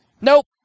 nope